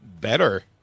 better